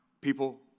people